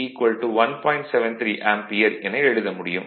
73 ampere என எழுத முடியும்